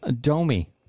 Domi